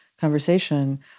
conversation